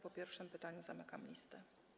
Po pierwszym pytaniu zamykam listę.